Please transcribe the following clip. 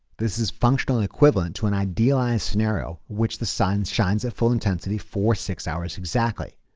this is functional equivalent to an idealized scenario which the sun shines at full intensity for six hours exactly.